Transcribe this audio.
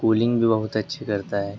cooling بھی بہت اچھی کرتا ہے